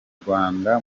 rwanda